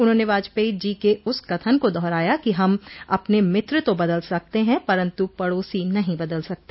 उन्होंने वाजपेयी जी के उस कथन को दोहराया कि हम अपने मित्र तो बदल सकते हैं परन्तु पडोसी नहीं बदल सकते